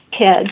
kids